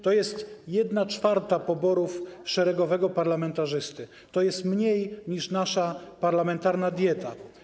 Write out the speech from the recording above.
To jest 1/4 poborów szeregowego parlamentarzysty, to jest mniej niż nasza parlamentarna dieta.